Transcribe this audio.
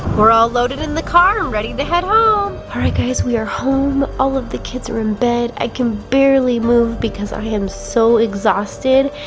we're all loaded in the car, ready to head home. alright guys, we are home, all of the kids are in bed. i can barely move because i am so exhausted.